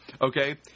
okay